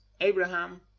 Abraham